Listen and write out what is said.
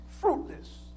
fruitless